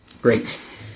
Great